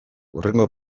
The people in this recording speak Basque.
hurrengo